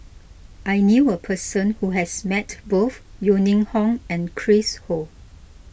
I knew a person who has met both Yeo Ning Hong and Chris Ho